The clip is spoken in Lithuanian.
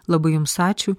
labai jums ačiū